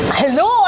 hello